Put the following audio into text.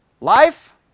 Life